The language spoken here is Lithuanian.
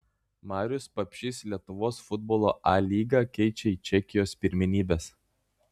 marius papšys lietuvos futbolo a lygą keičia į čekijos pirmenybes